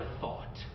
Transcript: thought